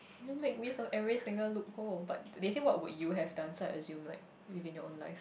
make me every single loopholes but they say what would you have done so I assume like maybe your own life time